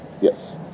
Yes